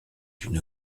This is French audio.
une